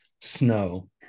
snow